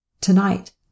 Tonight